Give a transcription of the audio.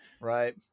Right